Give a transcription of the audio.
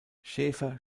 schäfer